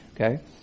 Okay